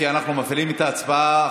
כי אנחנו מפעילים את ההצבעה.